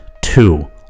two